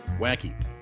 Wacky